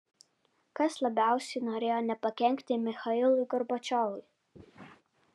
kas labiausiai norėjo nepakenkti michailui gorbačiovui